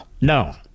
No